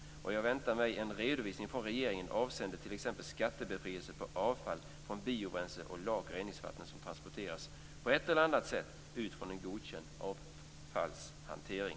Jag förväntar mig en redovisning från regeringen avseende t.ex. skattebefrielse på avfall från biobränsle och lak och reningsvatten som transporteras på ett eller annat sätt ut från en godkänd avfallshantering.